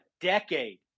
decade